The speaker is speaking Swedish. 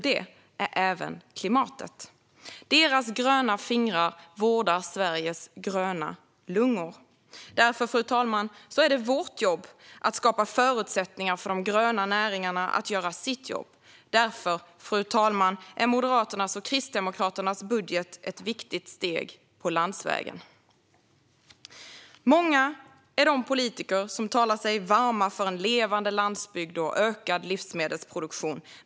Det är även klimatet. Deras gröna fingrar vårdar Sveriges gröna lungor. Därför, fru talman, är det vårt jobb att skapa förutsättningar för de gröna näringarna att göra sitt jobb. Därför är Moderaternas och Kristdemokraternas budget ett viktigt steg på landsvägen. Många är de politiker som talar sig varma för en levande landsbygd och ökad livsmedelsproduktion.